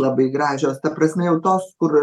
labai gražios ta prasme jau tos kur